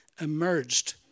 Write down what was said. emerged